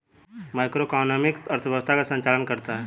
macroeconomics अर्थव्यवस्था का संचालन करता है